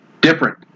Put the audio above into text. different